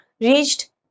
reached